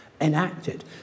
enacted